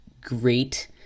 great